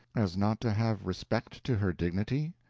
as not to have respect to her dignity?